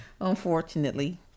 unfortunately